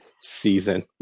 season